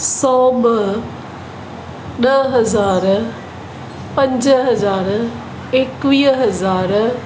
सौ ॿ ॾह हज़ार पंज हज़ार एकवीह हज़ार